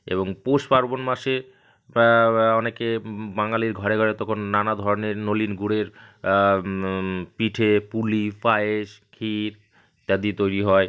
এবং পৌষ পার্বণ মাসে অনেকে বাঙালির ঘরে ঘরে তখন নানা ধরনের নলেন গুড়ের পিঠে পুলি পায়েস ক্ষীর ইত্যাদি তৈরি হয়